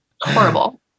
Horrible